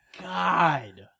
God